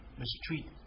mistreat